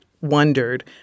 wondered